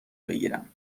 بگیرم